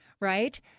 right